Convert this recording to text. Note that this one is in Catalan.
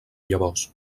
llavors